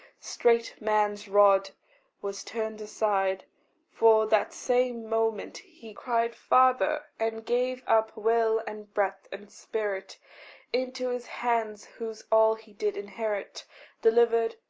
straight man's rod was turned aside for, that same moment, he cried father! and gave up will and breath and spirit into his hands whose all he did inherit delivered,